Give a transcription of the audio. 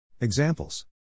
Examples